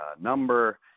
number